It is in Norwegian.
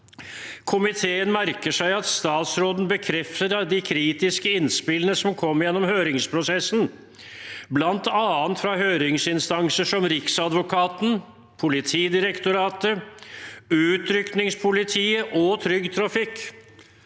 «Komiteen merker seg at statsråden bekrefter de kritiske innspillene som kom gjennom høringsprosessen bl.a. fra høringsinstanser som Riksadvokaten, Politidirektoratet, Utrykningspolitiet og Trygg trafikk».